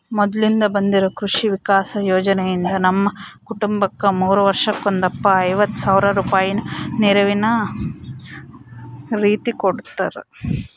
ಮೊದ್ಲಿಂದ ಬಂದಿರೊ ಕೃಷಿ ವಿಕಾಸ ಯೋಜನೆಯಿಂದ ನಮ್ಮ ಕುಟುಂಬಕ್ಕ ಮೂರು ವರ್ಷಕ್ಕೊಂದಪ್ಪ ಐವತ್ ಸಾವ್ರ ರೂಪಾಯಿನ ನೆರವಿನ ರೀತಿಕೊಡುತ್ತಾರ